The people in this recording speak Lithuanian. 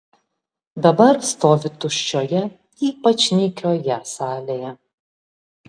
dabar stovi tuščioje ypač nykioje salėje